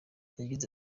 yagize